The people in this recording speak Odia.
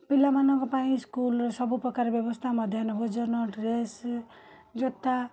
ପିଲାମାନଙ୍କ ପାଇଁ ସ୍କୁଲରେ ସବୁପ୍ରକାର ବ୍ୟବସ୍ଥା ମାଧ୍ୟାନ୍ନ ଭୋଜନ ଡ୍ରେସ୍ ଜୋତା